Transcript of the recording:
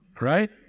Right